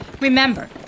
Remember